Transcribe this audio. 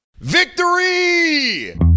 Victory